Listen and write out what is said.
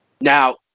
Now